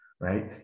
right